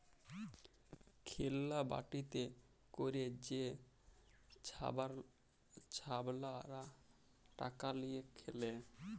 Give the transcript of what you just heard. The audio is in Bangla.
খেল্লা বাটিতে ক্যইরে যে ছাবালরা টাকা লিঁয়ে খেলে